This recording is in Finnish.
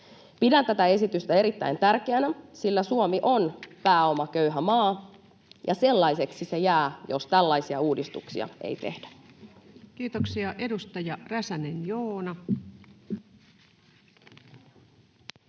Pidän tätä esitystä erittäin tärkeänä, sillä Suomi on pääomaköyhä maa, ja sellaiseksi se jää, jos tällaisia uudistuksia ei tehdä. [Speech 129] Speaker: